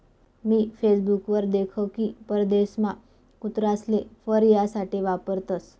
मी Facebook वर देख की परदेशमा कुत्रासले फर यासाठे वापरतसं